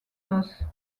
noces